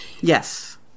Yes